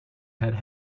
head